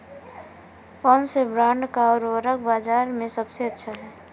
कौनसे ब्रांड का उर्वरक बाज़ार में सबसे अच्छा हैं?